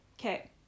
okay